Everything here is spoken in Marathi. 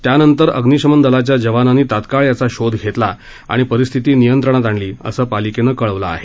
त्यानंतर अग्निशमन दलाच्या जवानांनी तत्काळ याचा शोध घेतला आणि परिस्थिती नियंत्रणात आणली असं पालिकेनं कळवलं आहे